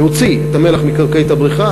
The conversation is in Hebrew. להוציא את המלח מקרקעית הבריכה,